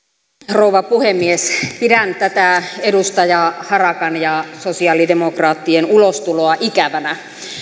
rouva puhemies pidän tätä edustaja harakan ja sosialidemokraattien ulostuloa ikävänä